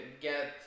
get